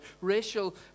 Racial